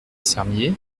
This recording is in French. sermier